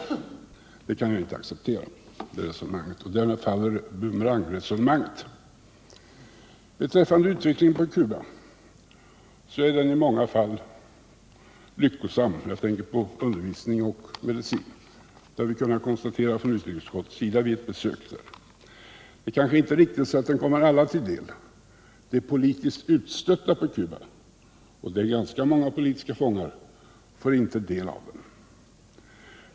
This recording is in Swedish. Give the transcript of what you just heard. Det resonemanget kan jag inte acceptera. Och därmed faller bumerangresonemanget. Beträffande utvecklingen på Cuba är den i många fall lyckosam. Jag tänker närmast på undervisning och medicin. Det har vi kunnat konstatera från utrikesutskottets sida vid ett besök där. Men det är inte riktigt så att utvecklingen kommer alla till del. De politiskt utstötta på Cuba —- och det finns ganska många politiska fångar där — får inte del av den.